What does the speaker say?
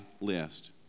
list